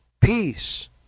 peace